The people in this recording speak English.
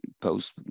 post